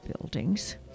buildings